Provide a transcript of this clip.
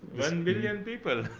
one billion people.